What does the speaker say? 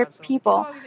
people